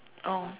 oh